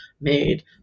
made